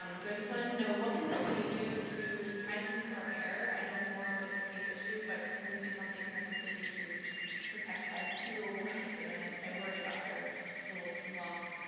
um so i just wanted to know, what can the city do to to clean up our air? i know it's more like a state issue, but can we do something here at the city to protect. i have two little boys and i i worry about their little lungs.